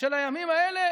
של הימים האלה,